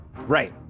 Right